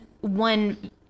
one